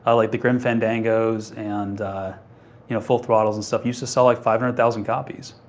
ah like the grim fandangos and you know, full throttles and stuff, used to sell like five hundred thousand copies.